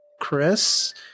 Chris